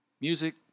music